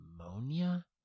ammonia